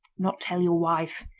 not tell your wife.